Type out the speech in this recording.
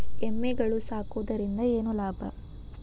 ಎಮ್ಮಿಗಳು ಸಾಕುವುದರಿಂದ ಏನು ಲಾಭ?